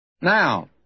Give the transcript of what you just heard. Now